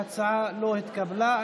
ההצעה לא התקבלה.